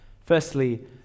Firstly